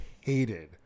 hated